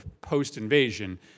post-invasion